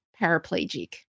paraplegic